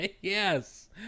Yes